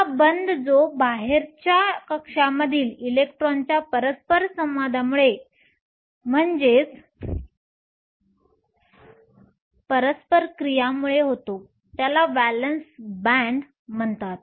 हा बँड जो बाहेरच्या कक्षामधील इलेक्ट्रॉनच्या परस्पर क्रियामुळे होतो त्याला व्हॅलेन्स बँड म्हणतात